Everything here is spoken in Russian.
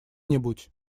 нибудь